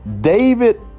David